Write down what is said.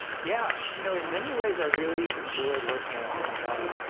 yeah. you know in many ways, i really enjoyed working at amazon.